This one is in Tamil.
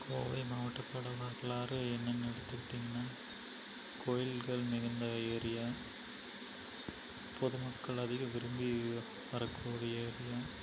கோவை மாவட்டத்தோடய வரலாறு என்னன்னு எடுத்துக்கிட்டிங்கனா கோயில்கள் மிகுந்த ஏரியா பொதுமக்கள் அதிகம் விரும்பி வரக்கூடிய ஏரியா